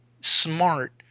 smart